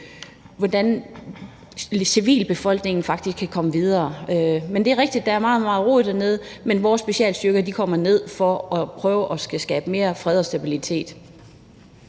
hvordan civilbefolkningen faktisk kan komme videre. Men det er rigtigt, at der er meget, meget rod dernede, men vores specialstyrker kommer derned for at prøve at skabe mere fred og stabilitet.